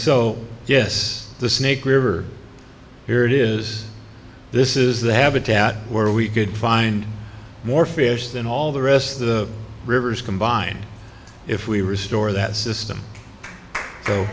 so yes the snake river here it is this is the habitat where we could find more fish than all the rest of the rivers combined if we restore that system